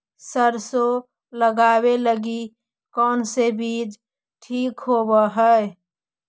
सरसों लगावे लगी कौन से बीज ठीक होव हई?